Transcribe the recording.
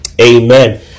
Amen